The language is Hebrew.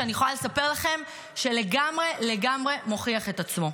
שאני יכולה לספר לכם שלגמרי לגמרי מוכיח את עצמו.